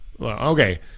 Okay